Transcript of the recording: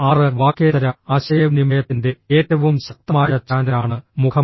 ആറ് വാക്കേതര ആശയവിനിമയത്തിന്റെ ഏറ്റവും ശക്തമായ ചാനലാണ് മുഖം